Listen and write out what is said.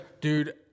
Dude